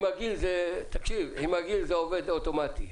עם הגיל זה עובד אוטומטית.